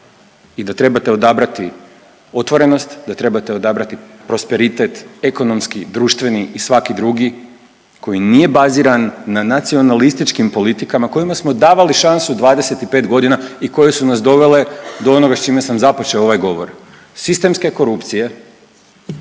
i da trebate odabrati otvorenost, da trebate odabrati prosperitet ekonomski, društveni i svaki drugi koji nije baziran na nacionalističkim politikama kojima smo davali šansu 25.g. i koje su nas dovele do onoga s čime sam započeo ovaj govor, sistemske korupcije